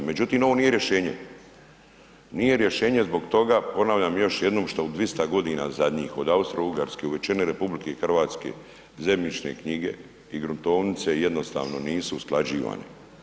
Međutim, ovo nije rješenje, nije rješenje zbog toga, ponavljam još jednom što u 200 godina zadnjih, od Austrougarske u većini RH zemljišne knjige i gruntovnice jednostavno nisu usklađivane.